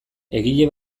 egile